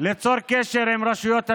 ליצור קשר עם רשויות התכנון,